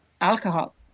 alcohol